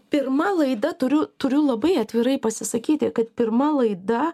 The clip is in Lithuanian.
pirma laida turiu turiu labai atvirai pasisakyti kad pirma laida